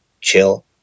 chill